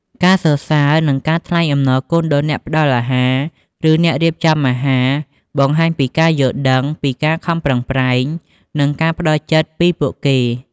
ការសរសើរ និងថ្លែងអំណរគុណដល់អ្នកផ្ដល់អាហារ ឬអ្នករៀបចំអាហារ បង្ហាញពីការយល់ដឹងពីការខំប្រឹងប្រែង និងការផ្តល់ចិត្តពីពួកគេ។